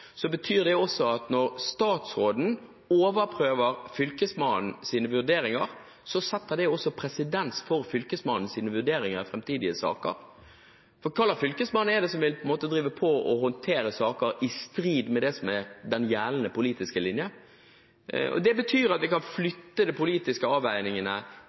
betyr det også at når statsråden overprøver Fylkesmannens vurderinger, setter det også presedens for Fylkesmannens vurderinger i framtidige saker. For hva slags fylkesmann er det som vil håndtere saker i strid med det som er den gjeldende politiske linje? Det betyr at vi kan flytte de politiske avveiningene